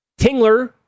Tingler